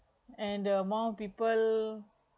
and the amount of people